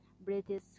British